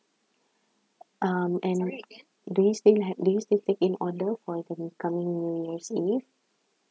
um and do you still ha~ do you still take in order for the coming new year's eve